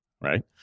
right